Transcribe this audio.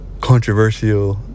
controversial